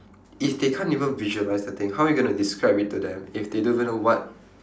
if they can't even visualise the thing how are going to describe it to them if they don't even know what